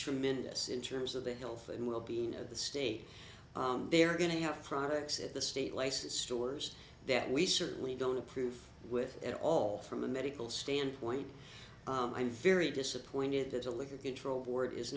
tremendous in terms of the health and well being of the state they're going to have products at the state licensed stores that we certainly don't approve with at all from a medical standpoint i'm very disappointed that the liquor control board is